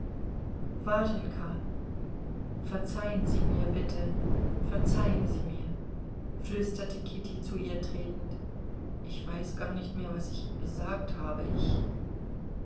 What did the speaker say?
warjenka verzeihen sie mir bitte verzeihen sie mir flüsterte kitty zu ihr tretend ich weiß gar nicht mehr was ich gesagt habe ich